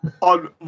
on